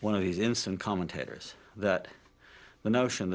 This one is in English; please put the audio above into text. one of these in some commentators that the notion